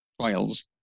trials